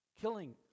killing